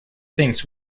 thinks